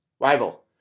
Rival